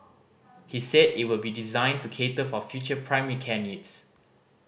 he said it will be designed to cater for future primary care needs